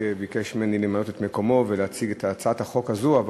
שביקש ממני למלא את מקומו ולהציג את הצעת החוק הזאת.